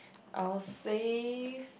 I will say